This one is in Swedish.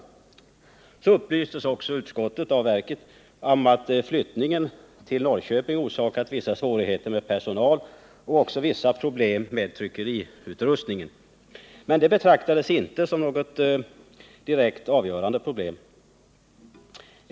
Utskottet upplystes också av verket om att flyttningen till Norrköping orsakat vissa svårigheter i fråga om personal liksom också vissa problem med tryckeriutrustningen. Men detta betraktades inte som något avgörande problem.